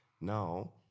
Now